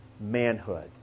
manhood